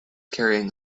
carrying